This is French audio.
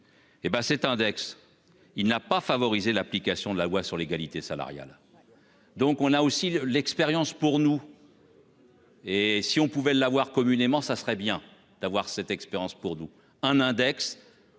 Et ben cet index, il n'a pas favorisé l'application de la loi sur l'égalité salariale. Donc on a aussi l'expérience pour nous. Et si on pouvait l'avoir communément. Ça serait bien d'avoir cette expérience pour nous un index.